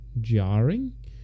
jarring